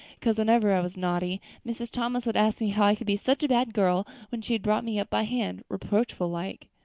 because whenever i was naughty mrs. thomas would ask me how i could be such a bad girl when she had brought me up by hand reproachful-like.